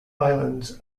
islands